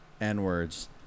N-words